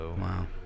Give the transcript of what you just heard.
Wow